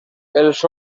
els